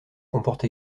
comporte